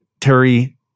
Terry